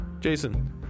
Jason